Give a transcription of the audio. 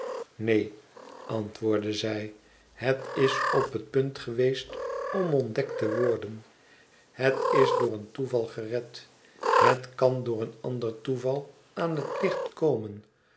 neen antwoordde zij het is op het punt geweest om ontdekt te worden het is door een toeval gered het kan door een ander toeval aan het licht komen